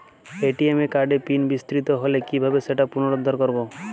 ATM কার্ডের pin বিস্মৃত হলে কীভাবে সেটা পুনরূদ্ধার করব?